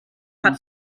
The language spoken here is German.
hat